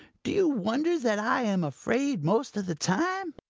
do you wonder that i am afraid most of the time?